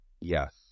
Yes